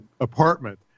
apartment